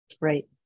Right